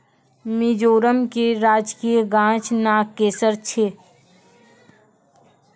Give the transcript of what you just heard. मिजोरम के राजकीय गाछ नागकेशर छै